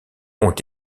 ont